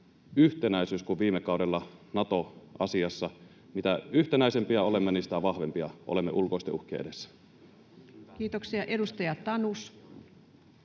yhtenäisyys kuin viime kaudella Nato-asiassa. Mitä yhtenäisempiä olemme, sitä vahvempia olemme ulkoisten uhkien edessä. Kiitoksia. — Edustaja Tanus.